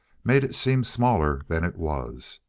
made it seem smaller than it was.